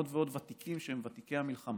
עוד ועוד ותיקים שהם ותיקי המלחמה,